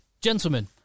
Gentlemen